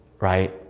Right